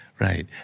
Right